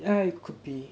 yeah it could be